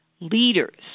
leaders